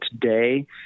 today